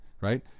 right